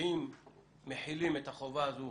אם מחילים את החובה הזו